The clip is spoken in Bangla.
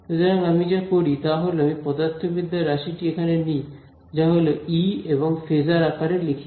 সুতরাং আমি যা করি তা হল আমি পদার্থবিদ্যার রাশিটি এখানে নিই যা হল ই এবং ফেজার আকারে লিখি